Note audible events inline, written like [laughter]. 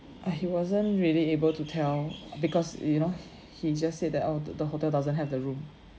[breath] he wasn't really able to tell because you know he just said that oh the the hotel doesn't have the room